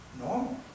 normal